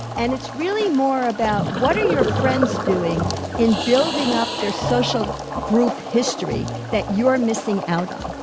and it's really more about what are your friends doing in building up their social group history that you're missing out on?